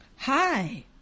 Hi